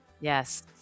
Yes